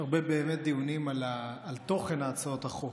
באמת הרבה דיונים על תוכן הצעות החוק,